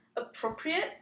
appropriate